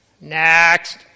next